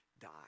die